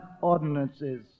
ordinances